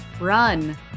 run